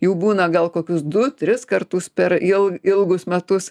jų būna gal kokius du tris kartus per jau ilgus metus